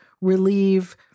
relieve